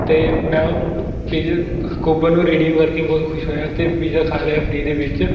ਅਤੇ ਮੈਂ ਉਹ ਪੀਜ਼ੇ ਕੂਪਨ ਨੂੰ ਰਿਡੀਅਮ ਕਰਕੇ ਬਹੁਤ ਖੁਸ਼ ਹੋਇਆ ਅਤੇ ਪੀਜ਼ਾ ਖਾ ਲਿਆ ਫਰੀ ਦੇ ਵਿੱਚ